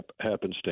happenstance